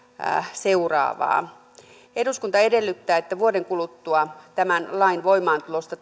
seuraavaa eduskunta edellyttää että vuoden kuluttua tämän lain voimaantulosta